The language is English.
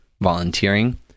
volunteering